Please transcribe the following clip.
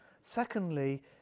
Secondly